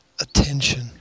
attention